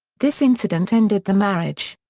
this incident ended the marriage.